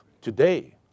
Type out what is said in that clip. today